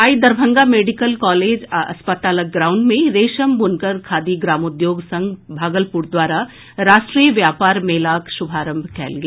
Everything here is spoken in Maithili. आई दरभंगा मेडिकल कॉलेज आ अस्पतालक ग्राउंड में रेशम बुनकर खादी ग्रामोद्योग संघ भागलपुर द्वारा राष्ट्रीय व्यापार मेलाक शुभारंभ कयल गेल